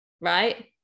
right